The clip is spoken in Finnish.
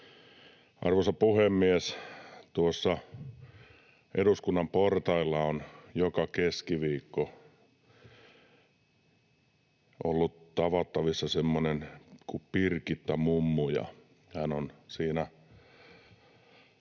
Arvoisa puhemies! Tuossa eduskunnan portailla on joka keskiviikko ollut tavattavissa semmoinen kuin Birgitta-mummu, ja hän on siinä